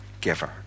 giver